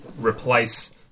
replace